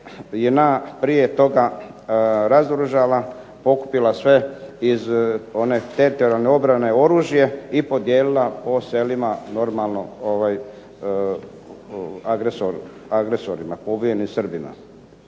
JNA prije toga razoružala, pokupila sve iz one teritorijalne obrane oružje i podijelila po selima normalno agresorima, pobunjenim Srbima.